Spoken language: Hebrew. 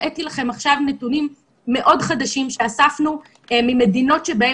הראיתי לכם עכשיו נתונים מאוד חדשים שאספנו ממדינות שבהן